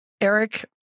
Eric